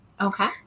Okay